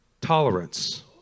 tolerance